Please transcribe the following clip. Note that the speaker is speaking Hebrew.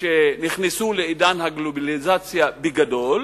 שנכנסו לעידן הגלובליזציה בגדול,